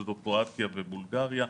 שזה קרואטיה ובולגריה,